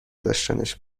داشتنش